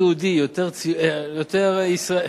זה יותר יהודי, יותר ישראלי.